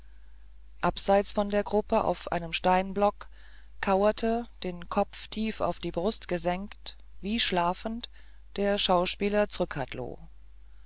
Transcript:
abseits von der gruppe auf einem steinblock kauerte den kopf tief auf die brust gesenkt wie schlafend der schauspieler zrcadlo